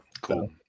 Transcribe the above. Cool